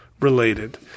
related